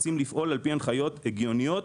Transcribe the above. אנחנו רוצים לפעול לפי הנחיות הגיוניות,